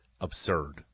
absurd